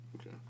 Okay